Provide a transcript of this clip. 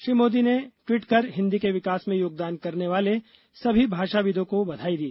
श्री मोदी ने ट्वीट कर हिन्दी के विकास में योगदान करने वाले सभी भाषाविदों को बधाई दी